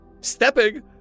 stepping